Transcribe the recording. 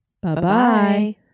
Bye-bye